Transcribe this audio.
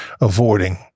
avoiding